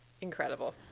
Incredible